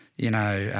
you know,